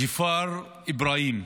ג'יפארא אבראהים,